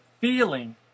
feeling